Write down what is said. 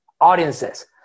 audiences